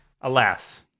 Alas